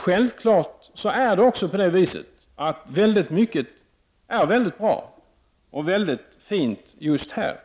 Självfallet är det så att mycket är bra och fint just här